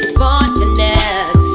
fortunate